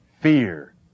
Fear